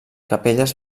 capelles